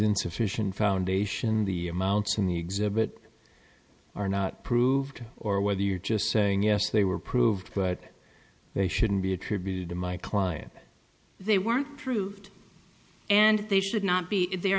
insufficient foundation the amounts in the exhibit are not proved or whether you're just saying yes they were proved but they shouldn't be attributed to my client they weren't proved and they should not be if they